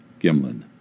Gimlin